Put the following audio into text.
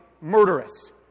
murderous